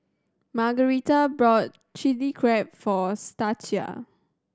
Margarita bought Chili Crab for Stacia